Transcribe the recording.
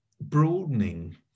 broadening